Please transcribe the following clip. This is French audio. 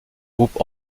groupe